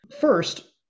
First